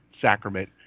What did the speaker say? sacrament